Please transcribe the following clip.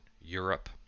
Europe